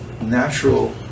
natural